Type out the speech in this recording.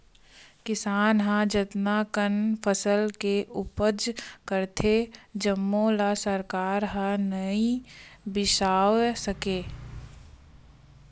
किसान ह जतना कन फसल के उपज करथे जम्मो ल सरकार ह नइ बिसावय सके